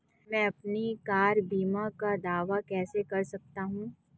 मैं अपनी कार बीमा का दावा कैसे कर सकता हूं?